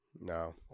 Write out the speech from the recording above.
No